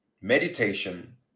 meditation